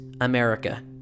America